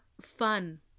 fun